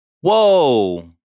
Whoa